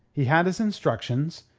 he had his instructions.